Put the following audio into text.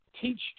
Teach